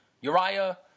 Uriah